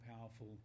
powerful